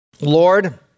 Lord